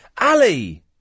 Ali